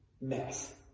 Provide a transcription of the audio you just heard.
mess